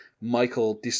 Michael